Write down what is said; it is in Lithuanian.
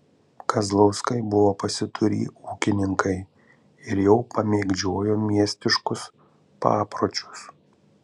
kazlauskai buvo pasiturį ūkininkai ir jau pamėgdžiojo miestiškus papročius